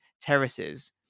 terraces